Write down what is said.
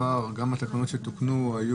מה שאני יודע מהעבר גם התקנות שתוקנו היו